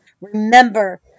Remember